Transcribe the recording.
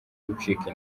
gucika